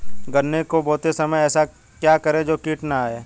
गन्ने को बोते समय ऐसा क्या करें जो कीट न आयें?